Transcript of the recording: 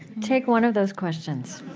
take one of those questions